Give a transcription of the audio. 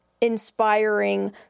inspiring